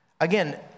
Again